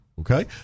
okay